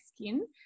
skin